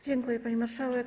Dziękuję, pani marszałek.